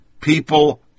people